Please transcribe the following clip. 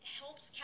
helps